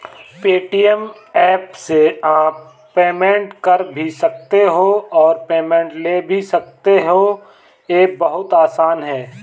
Paytm app से आप payment कर भी सकते हो और पेमेंट ले भी सकते हो, ये बहुत आसान है